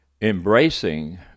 embracing